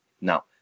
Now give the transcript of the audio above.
Now